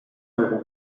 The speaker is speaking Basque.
dugu